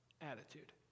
attitude